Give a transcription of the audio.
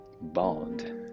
Bond